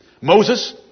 Moses